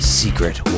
secret